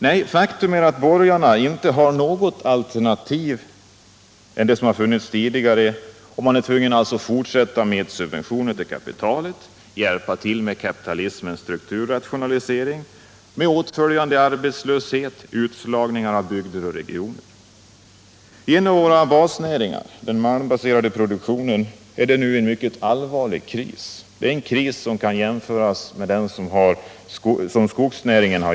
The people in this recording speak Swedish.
Nej, faktum är att borgarna inte har något alternativ än att fortsätta med subventioner till kapitalet och hjälpa till med kapitalismens strukturrationalisering med åtföljande arbetslöshet och utslagning av bygder och regioner. I en av våra basnäringar —- den malmbaserade produktionen — råder nu en mycket allvarlig kris, en kris som kan jämföras med den som tidigare har drabbat skogsnäringen.